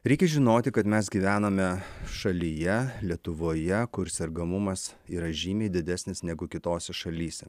reikia žinoti kad mes gyvename šalyje lietuvoje kur sergamumas yra žymiai didesnis negu kitose šalyse